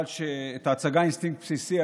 "אינסטינקט בסיסי",